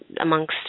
amongst